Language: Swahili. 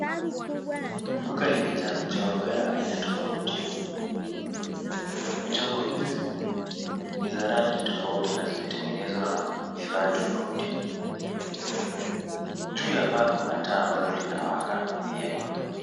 Duka limejaa michongo ya aina tofauti; michongo hizi ni za rangi tofauti na zimetengenezwa na vifaa tofauti. Juu ya paa kuna taa ambalo linawaka vyema.